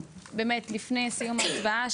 לפני סיום ההצבעה,